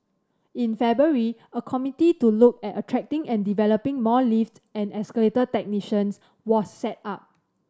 in February a committee to look at attracting and developing more lift and escalator technicians was set up